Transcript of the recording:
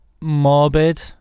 morbid